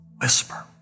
whisper